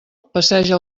passeja